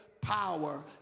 Power